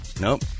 Nope